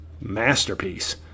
masterpiece